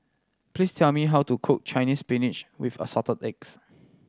please tell me how to cook Chinese Spinach with Assorted Eggs